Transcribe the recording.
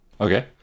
Okay